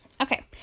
Okay